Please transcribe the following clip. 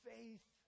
Faith